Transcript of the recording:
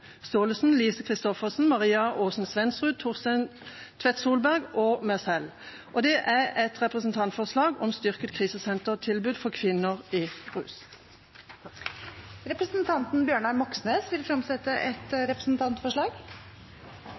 Lise Christoffersen, Maria Aasen-Svensrud, Torstein Tvedt Solberg og meg selv om styrket krisesentertilbud for kvinner med rusproblemer. Representanten Bjørnar Moxnes vil fremsette et representantforslag. Jeg vil framsette et representantforslag